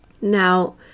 Now